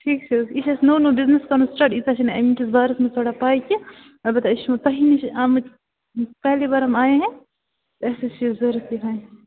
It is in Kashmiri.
ٹھیٖک چھُ حظ یہِ چھُ اَسہِ نوٚو نوٚو بزنِس کَرُن سِٹارٹ ییٖژاہ چھِنہٕ اَمہِ کِس بارس منٛز تھوڑا پےَ کیٚنٛہہ البتہ أسۍ چھِ وۅنۍ تُہی نِش آمِتۍ پہلی بار ہم آے ہے اَسہِ حظ چھِ ضروٗرت یہِ وۅنۍ